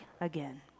again